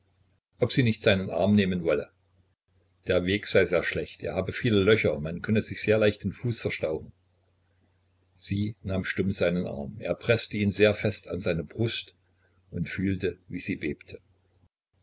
ob sie nicht seinen arm nehmen wolle der weg sei sehr schlecht er habe viele löcher man könne sich sehr leicht den fuß verstauchen sie nahm stumm seinen arm er preßte ihn sehr fest an seine brust und fühlte wie sie bebte